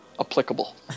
Applicable